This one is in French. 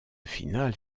finale